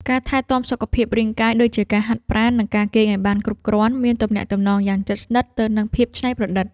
ការថែទាំសុខភាពរាងកាយ ដូចជាការហាត់ប្រាណ និងការគេងឱ្យបានគ្រប់គ្រាន់ មានទំនាក់ទំនងយ៉ាងជិតស្និទ្ធទៅនឹងភាពច្នៃប្រឌិត។